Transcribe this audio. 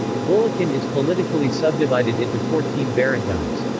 bulakan is politically subdivided into fourteen barangays.